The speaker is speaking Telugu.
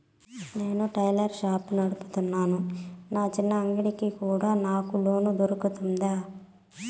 నేను టైలర్ షాప్ నడుపుతున్నాను, నా చిన్న అంగడి కి కూడా నాకు లోను దొరుకుతుందా?